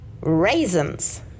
raisins